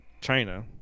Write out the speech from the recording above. China